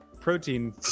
protein